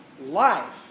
life